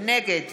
נגד